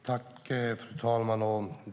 Fru talman!